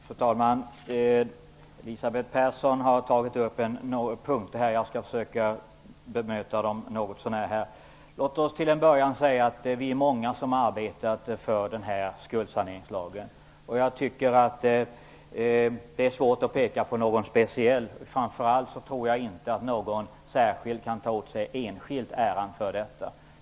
Fru talman! Elisabeth Persson tog upp några punkter som jag skall försöka att något så när bemöta. Låt mig till en början säga att vi är många som har arbetat för skuldsaneringslagen. Det är svårt att utpeka någon speciell. Framför allt tror jag inte att någon enskild kan ta åt sig äran för detta.